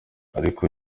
ariko